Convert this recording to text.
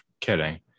kidding